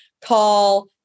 call